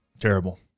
terrible